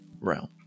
realm